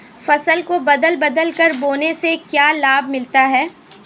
फसल को बदल बदल कर बोने से क्या लाभ मिलता है?